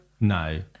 No